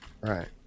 Right